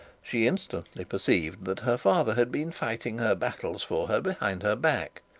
she instantly perceived that her father had been fighting her battles for her behind her back.